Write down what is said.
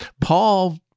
Paul